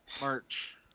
March